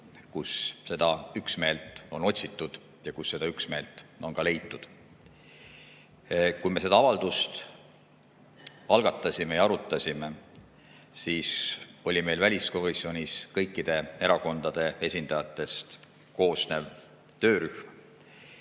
kus seda üksmeelt on otsitud ja kus seda üksmeelt on ka leitud. Kui me selle avalduse esitasime ja seda arutasime, siis oli meil väliskomisjonis kõikide erakondade esindajatest koosnev töörühm